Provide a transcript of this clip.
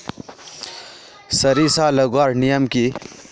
सरिसा लगवार नियम की?